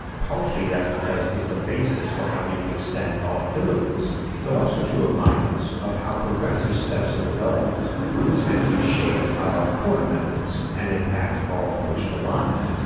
partially that's because it's the basis for how we can extend our abilities, but also to remind us of how progressive steps of development will tend to be shaped by our current methods and impact our approach to life.